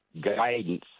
guidance